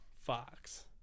Fox